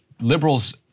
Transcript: liberals